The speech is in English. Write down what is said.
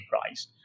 price